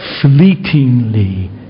fleetingly